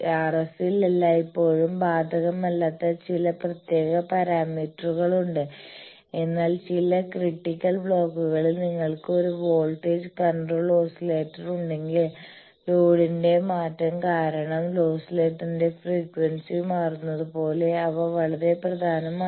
RF ൽ എല്ലായ്പ്പോഴും ബാധകമല്ലാത്ത ചില പ്രത്യേക പാരാമീറ്ററുകൾ ഉണ്ട് എന്നാൽ ചില ക്രിട്ടിക്കൽ ബ്ലോക്കുകളിൽ നിങ്ങൾക്ക് ഒരു വോൾട്ടേജ് കൺട്രോൾ ഓസിലേറ്റർ ഉണ്ടെങ്കിൽ ലോഡിന്റെ മാറ്റം കാരണം ഓസിലേറ്ററിന്റെ ഫ്രീക്വൻസി മാറുന്നതുപോലെ അവ വളരെ പ്രധാനമാണ്